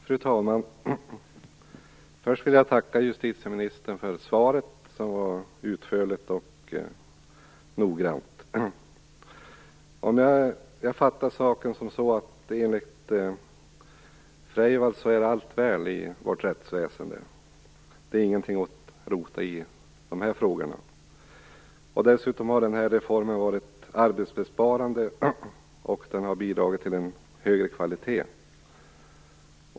Fru talman! Först vill jag tacka justitieministern för svaret som var utförligt och noggrant. Jag uppfattade att enligt Laila Freivalds är allt väl i vårt rättsväsende och att de här frågorna inte är någonting att rota i. Dessutom har reformen varit arbetsbesparande och har bidragit till en högre kvalitet.